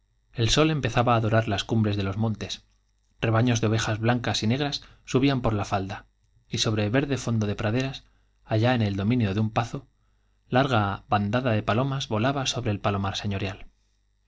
el sol empezaba á dorar las cumbres de los montes rebaños de ovejas blancas y negras subían por la falda y sobre verde fondo de praderas allá en el dominio de un pazo larga bandada de palomas vo laba sobre el palomar señorial